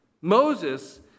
Moses